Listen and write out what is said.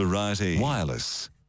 Wireless